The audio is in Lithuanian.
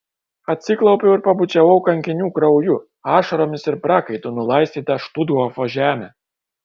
atsiklaupiau ir pabučiavau kankinių krauju ašaromis ir prakaitu nulaistytą štuthofo žemę